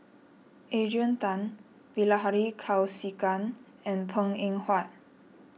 Adrian Tan Bilahari Kausikan and Png Eng Huat